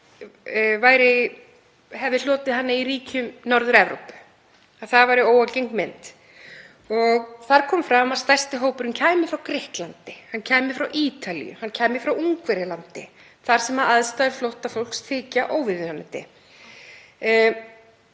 hefði hlotið hana í ríkjum Norður-Evrópu, það væri óalgeng mynd. Þar kom fram að stærsti hópurinn kæmi frá Grikklandi, kæmi frá Ítalíu, kæmi frá Ungverjalandi, þar sem aðstæður flóttafólks þykja óviðunandi.